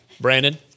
Brandon